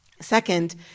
Second